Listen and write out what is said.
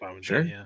Sure